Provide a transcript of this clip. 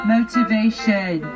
Motivation